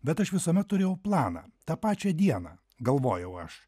bet aš visuomet turėjau planą tą pačią dieną galvojau aš